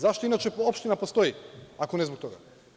Zašto inače opština postoji, ako ne zbog toga?